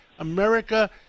America